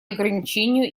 ограничению